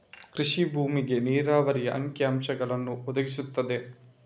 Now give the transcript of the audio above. ಕೃಷಿ ಭೂಮಿಗೆ ನೀರಾವರಿಯ ಅಂಕಿ ಅಂಶಗಳನ್ನು ಒದಗಿಸುತ್ತದೆ